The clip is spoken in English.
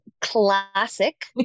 classic